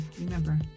Remember